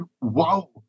wow